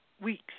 weeks